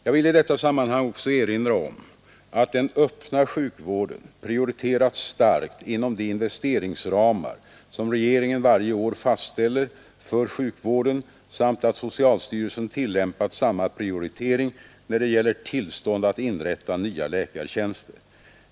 Jag vill i detta sammanhang också erinra om att den öppna sjukvården prioriterats starkt inom de investeringsramar som regeringen varje år fastställer för sjukvården samt att socialstyrelsen tillämpat samma prioritering när det gäller tillstånd att inrätta nya läkartjänster.